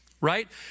right